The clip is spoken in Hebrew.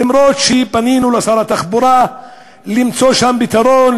למרות שפנינו אל שר התחבורה למצוא שם פתרון,